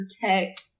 protect